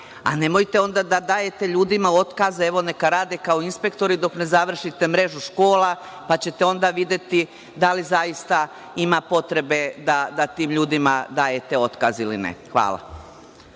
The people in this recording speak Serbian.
Nemojte onda da dajete ljudima otkaze. Evo, neka rade kao inspektori dok ne završite mrežu škola, pa ćete onda videti da li zaista i ima potreba da tim ljudima dajte otkaz ili ne. Hvala.